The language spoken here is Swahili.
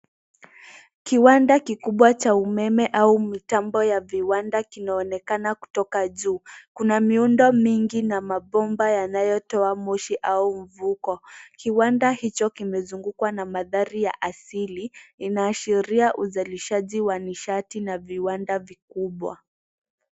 Kiwanda kikubwa cha umeme au mitambo ya viwanda kinaonekana kutoka juu. Kuna miundo mingi na mabomba yanayotoa moshi au mvuke. Kiwanda hicho kimezungukwa na mandhari ya asili. Inaashiria uzalishaji wa nishati na viwanda vikubwa.